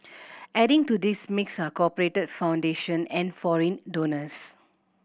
adding to this mix are corporate foundation and foreign donors